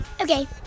Okay